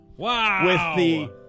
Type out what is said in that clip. Wow